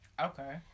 Okay